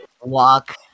walk